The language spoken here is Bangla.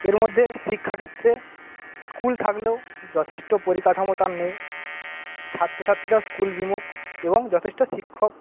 এর মধ্যে শিক্ষাক্ষেত্রে স্কুল থাকলেও যথেষ্ট পরিকাঠামো তার নেই ছাত্রছাত্রীরা স্কুল বিমুখ এবং যথেষ্ট শিক্ষক